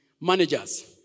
Managers